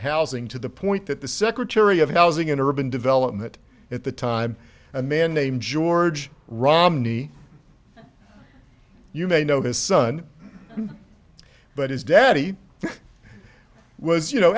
housing to the point that the secretary of housing and urban development at the time a man named george romney you may know his son but his daddy was you know